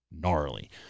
gnarly